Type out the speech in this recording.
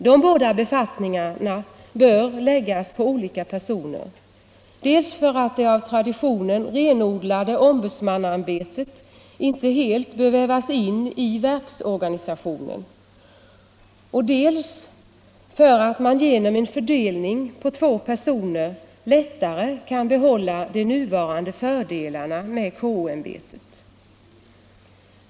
De båda befattningarna bör läggas på olika personer, dels för att det av tradition renodlade om Marknadsförings Marknadsförings budsmannaämbetet inte helt skall vävas in i verksorganisationen, dels för att man genom en fördelning på två personer lättare kan behålla de nuvarande fördelarna med KO-ämbetet.